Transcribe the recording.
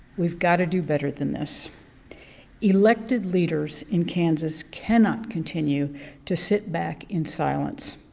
we've got to do better than this elected leaders in kansas cannot continue to sit back in silence.